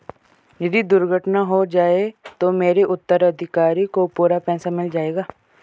यदि दुर्घटना हो जाये तो मेरे उत्तराधिकारी को पूरा पैसा मिल जाएगा?